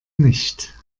nicht